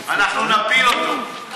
אנחנו נפיל אותו.